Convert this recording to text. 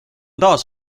taas